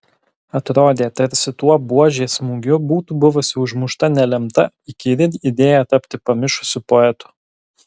atrodė tarsi tuo buožės smūgiu būtų buvusi užmušta nelemta įkyri idėja tapti pamišusiu poetu